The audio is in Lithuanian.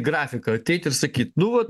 grafiką ateit ir sakyt nu vot